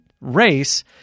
race